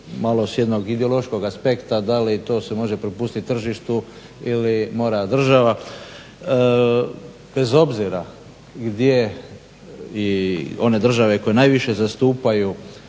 malo s jednog ideološkog aspekta da li to se može prepustiti tržištu ili mora država. Bez obzira gdje i one države koje najviše zastupaju